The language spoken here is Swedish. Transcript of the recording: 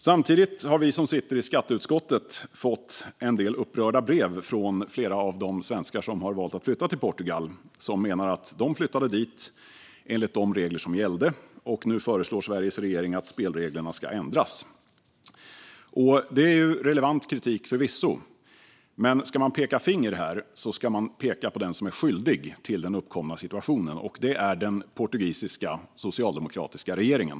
Samtidigt har vi som sitter i skatteutskottet fått en del upprörda brev från flera av de svenskar som har valt att flytta till Portugal. De menar att de flyttade dit enligt de regler som gällde, och nu föreslår Sveriges regering att spelreglerna ska ändras. Det är förvisso relevant kritik, men ska man peka finger här ska man peka på den som är skyldig till den uppkomna situationen, och det är den portugisiska socialdemokratiska regeringen.